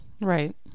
Right